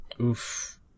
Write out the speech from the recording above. Oof